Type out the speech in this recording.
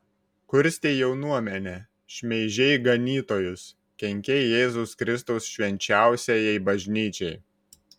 kurstei jaunuomenę šmeižei ganytojus kenkei jėzaus kristaus švenčiausiajai bažnyčiai